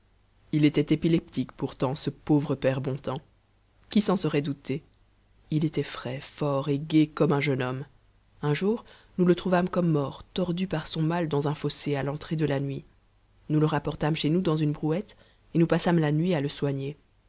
il était épileptique pourtant ce pauvre père bontemps qui s'en serait douté il était frais fort et gai comme un jeune homme un jour nous le trouvâmes comme mort tordu par son mal dans un fossé à l'entrée de la nuit nous le rapportâmes chez nous dans une brouette et nous passâmes la nuit à le soigner